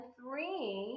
three